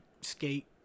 skate